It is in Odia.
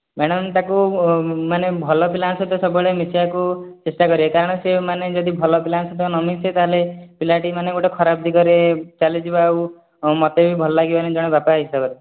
ମ୍ୟାଡ଼ାମ୍ ତାକୁ ମାନେ ଭଲ ପିଲାଙ୍କ ସହିତ ସବୁବେଳେ ମିଶିବାକୁ ଚେଷ୍ଟା କରିବେ କାରଣ ସେ ମାନେ ଯଦି ଭଲ ପିଲାଙ୍କ ସହିତ ନ ମିଶେ ତା'ହେଲେ ପିଲାଟି ମାନେ ଗୋଟେ ଖରାପ ଦିଗରେ ଚାଲିଯିବ ଆଉ ମୋତେ ବି ଭଲ ଲାଗିବନି ଜଣେ ବାପା ହିସାବରେ